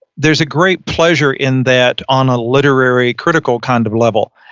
there's a great pleasure in that on a literary critical kind of level.